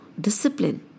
discipline